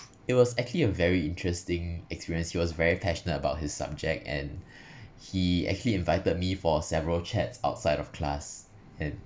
it was actually a very interesting experience he was very passionate about his subject and he actually invited me for several chats outside of class and